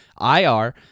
IR